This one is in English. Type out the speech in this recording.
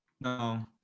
no